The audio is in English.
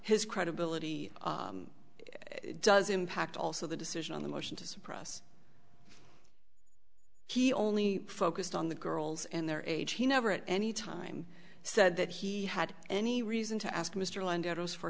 his credibility does impact also the decision on the motion to suppress he only focused on the girls and their age he never at any time said that he had any reason to ask mr lantos for